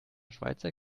schweizer